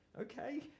Okay